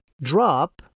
drop